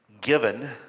given